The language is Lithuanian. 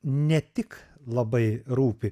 ne tik labai rūpi